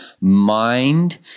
mind